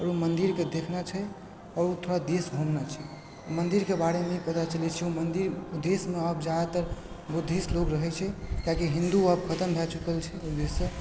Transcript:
ओ मन्दिरके देखना छै आओर ओ थोड़ा देश घुमना छै मन्दिरके बारेमे पता चलय छै ओ मन्दिर देशमे अब जादातर बुद्धिस्ट लोग रहय छै किआकि हिन्दू अब खतम भए चुकल छै ओहि देशसँ